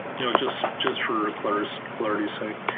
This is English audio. you know just just for clarity's clarity's sake.